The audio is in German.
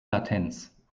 latenz